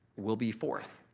will be fourth.